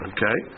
Okay